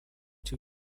two